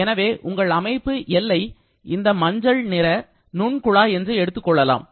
எனவே உங்கள் அமைப்பு எல்லை இந்த மஞ்சள் நிற நுண் குழாய் என்று எடுத்துக்கொள்ளலாம்